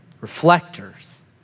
reflectors